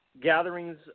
gatherings